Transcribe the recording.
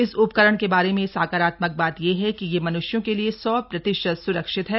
इस उपकरण के बारे में सकारात्मक बात यह है कि यह मन्ष्यों के लिए सौ प्रतिशत स्रक्षित है